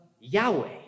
Yahweh